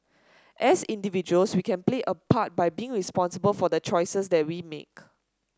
as individuals we can play a part by being responsible for the choices that we make